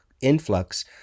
influx